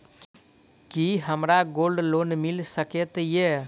की हमरा gold loan मिल सकैत ये?